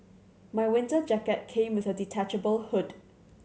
my winter jacket came with a detachable hood